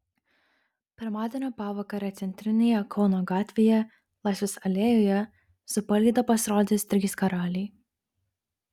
pirmadienio pavakarę centrinėje kauno gatvėje laisvės alėjoje su palyda pasirodys trys karaliai